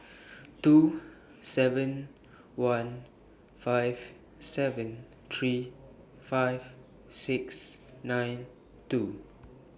two seven one five seven three five six nine two